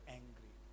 angry